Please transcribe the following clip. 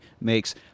makes